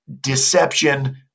deception